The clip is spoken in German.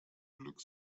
glück